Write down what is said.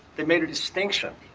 they made a distinction.